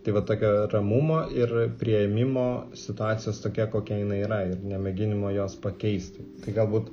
tai va tokia ramumo ir priėmimo situacijos tokia kokia jinai yra ir ne mėginimo jos pakeisti tai galbūt